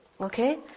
Okay